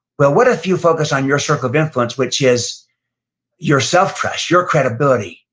well, what if you focus on your circle of influence, which is your self-trust, your credibility,